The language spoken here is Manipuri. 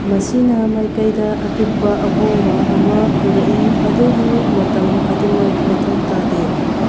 ꯃꯁꯤꯅ ꯃꯥꯏꯀꯩꯗ ꯑꯄꯤꯛꯄ ꯑꯍꯣꯡꯕ ꯑꯃ ꯄꯨꯔꯛꯏ ꯑꯗꯨꯕꯨ ꯃꯇꯝ ꯑꯗꯨꯃꯛ ꯃꯊꯧ ꯇꯥꯗꯦ